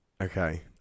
Okay